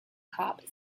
cop